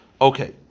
Okay